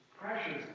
Precious